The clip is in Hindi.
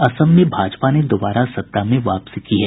असम में भाजपा ने दोबारा सत्ता में वापसी की है